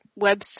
website